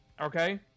Okay